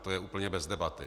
To je úplně bez debaty.